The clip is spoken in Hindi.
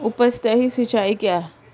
उपसतही सिंचाई क्या है?